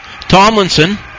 Tomlinson